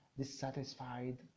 dissatisfied